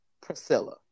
Priscilla